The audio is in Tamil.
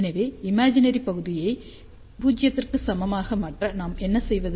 எனவே இமேஜினரி பகுதியை 0 க்கு சமமாக மாற்ற நாம் என்ன செய்வது